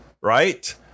right